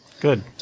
Good